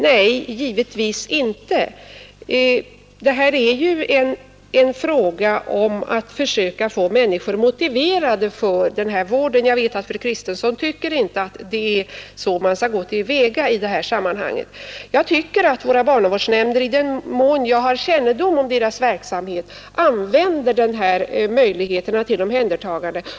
Nej, det är det givetvis inte. Det är ju fråga om att försöka få människor motiverade för denna vård. Jag vet att fru Kristensson inte tycker att det är så man skall gå till väga i sammanhanget. Jag anser emellertid att våra barnavårdsnämnder, i den mån jag har kännedom om deras verksamhet, använder möjligheterna till omhändertagande.